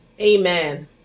Amen